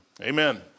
Amen